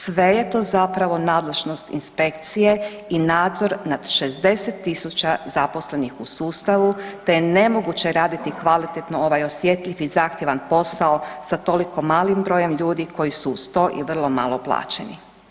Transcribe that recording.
Sve je to zapravo nadležnost inspekcije i nadzor nad 60.000 zaposlenih u sustavu te je nemoguće raditi kvalitetno ovaj osjetljiv i zahtjevan posao sa toliko malim brojem ljudi koji su uz to i vrlo malo plaćeni.